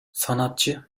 sanatçı